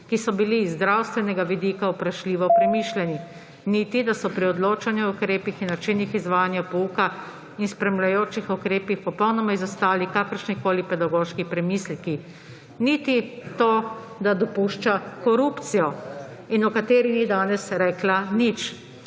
ki so bili iz zdravstvenega vidika vprašljivo premišljeni, niti to, da so pri odločanju o ukrepih in načinih izvajanja pouka in spremljajočih ukrepih popolnoma izostali kakršnikoli pedagoški premisleki, niti to, da dopušča korupcijo in o kateri ni danes rekla nič.